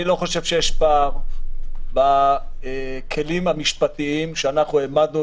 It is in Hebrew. אני לא חושב שיש פער בכלים המשפטיים שהעמדנו